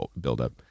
buildup